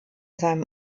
seinem